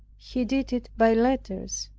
he did it by letters.